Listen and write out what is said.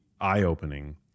eye-opening